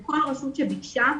כל רשות ביקשה,